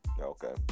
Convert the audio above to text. Okay